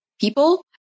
people